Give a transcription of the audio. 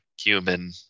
human